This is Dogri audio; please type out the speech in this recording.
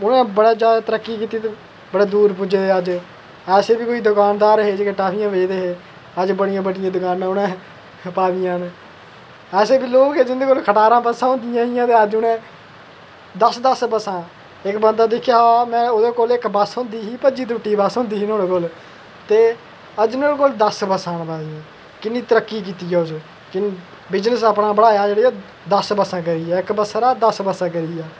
उ'नें बड़ा जादा तरक्की कीती दी बड़े दूर पुज्जे दे अज्ज ऐसे बी कोई दुकानदार हे जेह्ड़े टॉफियां बेचदे हे अज्ज बड़ियां बड्डियां दकाना उ'नें पादियां न ऐसे बी लोग हे जिं'दे कोल खटारा बस्सां होंदियां आं ते अज्ज उ'नें दस दस बस्सां इक बंदा दिक्खेआ में ओह्दे कोल इक बस्स होंदी ही ते भज्जी त्रुट्टी दी बस्स होंदी ही नुहाड़े कोल ते अज्ज नुहाड़े कोल दस बस्सां न कि'न्नी तरक्की कीती उस बिजनेस अपना बढ़ाया जानि दस बस्सां करी गेआ इक बस्से उप्परा दा दस बस्सां करी गेआ